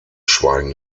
schweigen